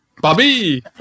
Bobby